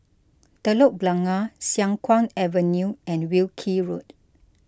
Telok Blangah Siang Kuang Avenue and Wilkie Road